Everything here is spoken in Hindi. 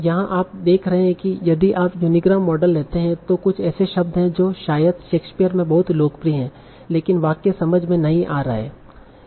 यहाँ आप देख रहे हैं यदि आप यूनीग्राम मॉडल लेते है तो कुछ ऐसे शब्द हैं जो शायद शेक्सपीयर में बहुत लोकप्रिय हैं लेकिन वाक्य समझ में नहीं आ रहा है